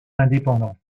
indépendants